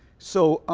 so